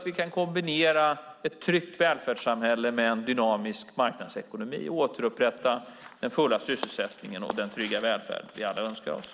Vi ska kombinera ett tryggt välfärdssamhälle med en dynamisk marknadsekonomi och återupprätta den fulla sysselsättningen och den trygga välfärd vi alla önskar oss.